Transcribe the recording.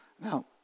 Now